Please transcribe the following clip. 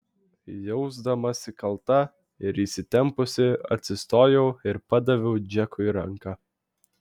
jausdamasi kalta ir įsitempusi atsistojau ir padaviau džekui ranką